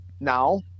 now